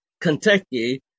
Kentucky